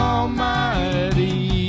Almighty